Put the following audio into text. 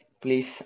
Please